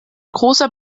großer